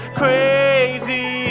crazy